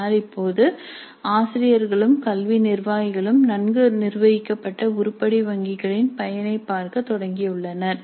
ஆனால் இப்போது ஆசிரியர்களும் கல்வி நிர்வாகிகளும் நன்கு நிர்வகிக்கப்பட்ட உருப்படி வங்கிகளின் பயனைப் பார்க்கத் தொடங்கியுள்ளனர்